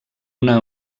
una